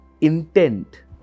intent